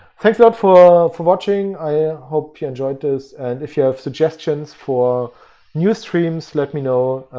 thanks a lot for for watching. i hope you enjoyed this. and if you have suggestions for new streams let me know,